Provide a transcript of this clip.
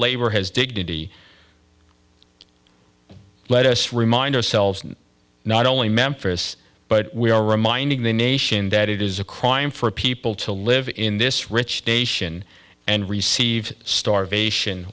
labor has dignity let us remind ourselves not only memphis but we are reminding the nation that it is a crime for people to live in this rich nation and receive starvation